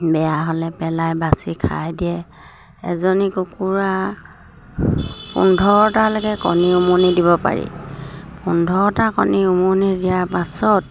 বেয়া হ'লে পেলাই বাচি খাই দিয়ে এজনী কুকুৰা পোন্ধৰটালৈকে কণী উমনি দিব পাৰি পোন্ধৰটা কণী উমনি দিয়াৰ পাছত